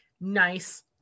nice